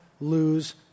lose